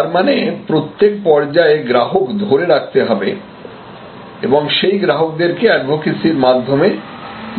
তার মানে প্রত্যেক পর্যায়ে গ্রাহক ধরে রাখতে হবে এবং সেই গ্রাহকদের কে অ্যাডভোকেসির মাধ্যমে